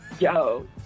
Yo